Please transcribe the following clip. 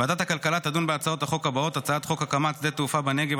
ועדת הכלכלה תדון בהצעות החוק הבאות: הצעת חוק הקמת שדה תעופה בנגב,